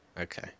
Okay